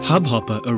Hubhopper